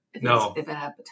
No